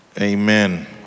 Amen